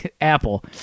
Apple